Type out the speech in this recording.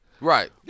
Right